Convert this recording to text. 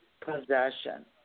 possession